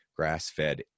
grass-fed